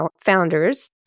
founders